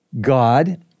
God